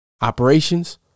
Operations